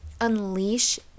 unleash